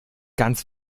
ganz